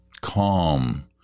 calm